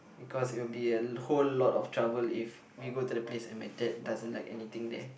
because it will be a whole lot of trouble if we go to the place and my dad doesn't like anything there